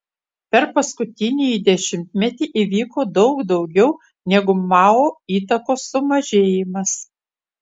per paskutinįjį dešimtmetį įvyko daug daugiau negu mao įtakos sumažėjimas